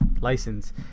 license